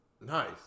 Nice